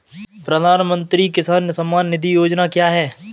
प्रधानमंत्री किसान सम्मान निधि योजना क्या है?